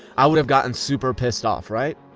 i would've gotten super pissed off, right?